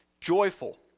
joyful